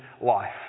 life